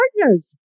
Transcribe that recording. partners